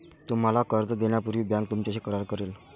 तुम्हाला कर्ज देण्यापूर्वी बँक तुमच्याशी करार करेल